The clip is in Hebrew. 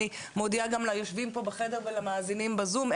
אני מודיעה גם ליושבים פה בחדר ולמאזינים בזום,